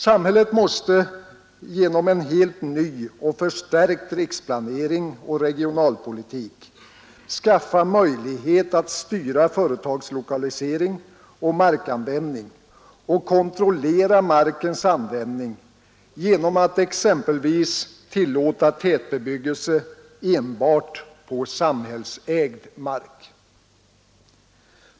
Samhället måste genom en helt ny och förstärkt riksplanering och regionalpolitik skaffa sig möjlighet att styra företagslokalisering och markanvändning och kontrollera markens användning genom att exempelvis tillåta tätbebyggelse enbart på samhällsägd mark.